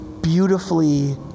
beautifully